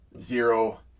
Zero